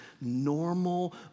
normal